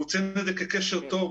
והוא ציין את זה כקשר טוב,